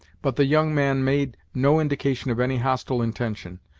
but the young man made no indication of any hostile intention.